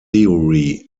theory